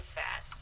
fat